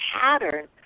pattern